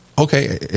Okay